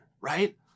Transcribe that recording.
right